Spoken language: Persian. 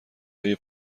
های